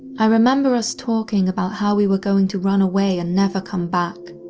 i remember us talking about how we were going to run away and never come back.